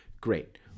Great